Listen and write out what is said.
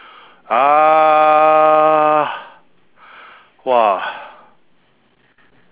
uh !wah!